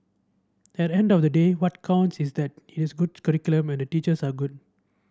at the end of the day what counts is that it is a good curriculum and the teachers are good